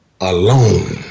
alone